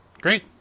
great